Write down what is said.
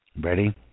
Ready